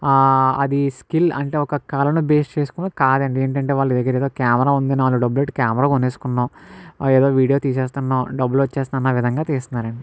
అది స్కిల్ అంటే ఒక కళను బేస్ చేసుకుని కాదండి ఏంటంటే వాళ్ళ దగ్గరగా ఏదో కెమెరా ఉంది నాలుగు డబ్బులు పెట్టి కెమెరా కొనేసుకుందాం ఏదో వీడియో తీసేస్తున్నాం డబ్బులు వచ్చేస్తున్నాయి అన్న విధంగా తీస్తున్నారండి